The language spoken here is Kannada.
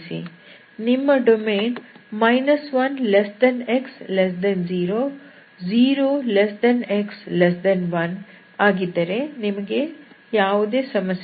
ನಿಮ್ಮ ಡೊಮೇನ್ 1x0 0x1 ಆಗಿದ್ದರೆ ಯಾವುದೇ ಸಮಸ್ಯೆಯಿಲ್ಲ